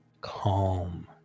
calm